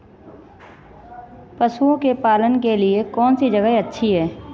पशुओं के पालन के लिए कौनसी जगह अच्छी है?